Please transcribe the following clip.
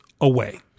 away